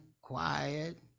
quiet